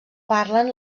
parlen